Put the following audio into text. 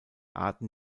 arten